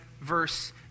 verse